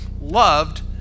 loved